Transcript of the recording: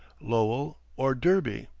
lowell or derby.